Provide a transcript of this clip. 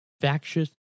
factious